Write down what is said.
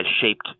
shaped